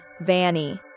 Vanny